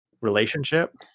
relationship